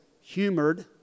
humored